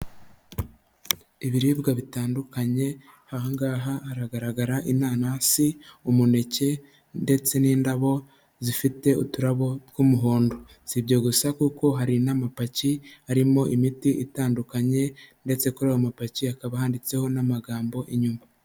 Ibiribwa bitandukanye, aha ngaha hagaragara inanasi, umuneke ndetse n'indabo zifite uturabo tw'umuhondo. Si ibyo gusa kuko hari n'amapaki arimo imiti itandukanye ndetse kuri ayo mapaki hakaba handitseho n'amagambo inyuma.